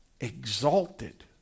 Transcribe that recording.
exalted